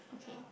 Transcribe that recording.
okay